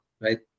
right